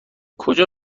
کجا